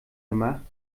gemacht